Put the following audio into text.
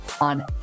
on